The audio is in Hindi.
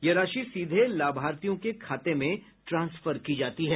यह राशि सीधे लाभार्थियों के खाते में ट्रांसफर की जाती है